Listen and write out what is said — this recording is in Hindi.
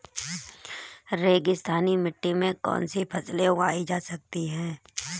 रेगिस्तानी मिट्टी में कौनसी फसलें उगाई जा सकती हैं?